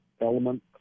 element